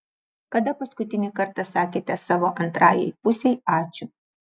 kada paskutinį kartą sakėte savo antrajai pusei ačiū